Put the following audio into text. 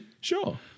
Sure